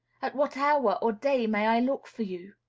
at what hour, or day, may i look for you?